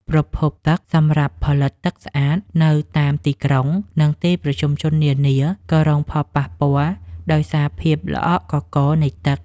ប្រភពទឹកសម្រាប់ផលិតទឹកស្អាតនៅតាមទីក្រុង និង ទីប្រជុំជននានាក៏រងផលប៉ះពាល់ដោយសារភាពល្អក់កករនៃទឹក។